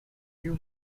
you